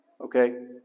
okay